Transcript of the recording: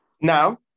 Now